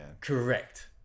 correct